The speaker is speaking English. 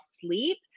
sleep